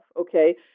Okay